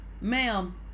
ma'am